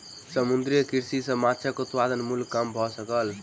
समुद्रीय कृषि सॅ माँछक उत्पादन मूल्य कम भ सकल